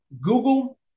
Google